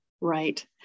right